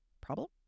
problem